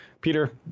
Peter